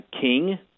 king